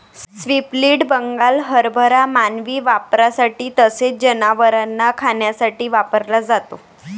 split Bengal हरभरा मानवी वापरासाठी तसेच जनावरांना खाण्यासाठी वापरला जातो